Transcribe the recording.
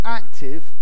active